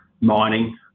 mining